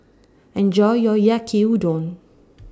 Enjoy your Yaki Udon